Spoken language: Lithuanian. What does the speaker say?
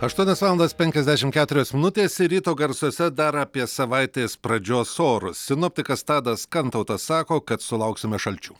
aštuonios valandos penkiasdešim keturios minutės ir ryto garsuose dar apie savaitės pradžios orus sinoptikas tadas kantautas sako kad sulauksime šalčių